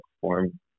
form